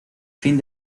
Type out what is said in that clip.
fin